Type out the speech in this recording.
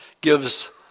gives